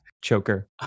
choker